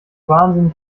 wahnsinnig